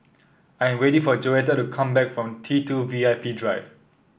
I am waiting for Joetta to come back from T two V I P Drive